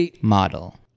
model